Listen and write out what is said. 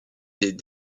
des